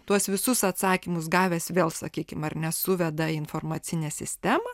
tuos visus atsakymus gavęs vėl sakykim ar ne suveda į informacinę sistemą